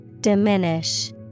Diminish